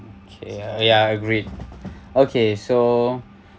okay ya I agreed okay so